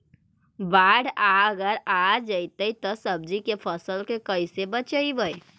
बाढ़ अगर आ जैतै त सब्जी के फ़सल के कैसे बचइबै?